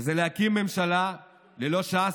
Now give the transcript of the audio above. וזה להקים ממשלה ללא ש"ס,